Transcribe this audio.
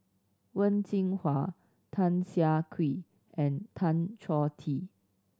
Wen Jinhua Tan Siah Kwee and Tan Choh Tee